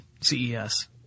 CES